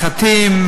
מחטים,